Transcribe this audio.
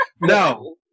no